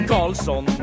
Carlson